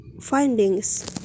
findings